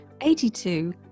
£82